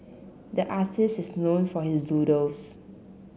the artist is known for his doodles